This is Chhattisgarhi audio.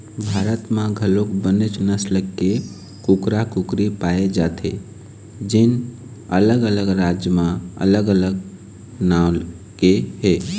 भारत म घलोक बनेच नसल के कुकरा, कुकरी पाए जाथे जेन अलग अलग राज म अलग अलग नांव के हे